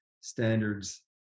standards